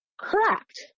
correct